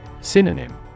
Synonym